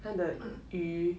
mm